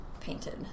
painted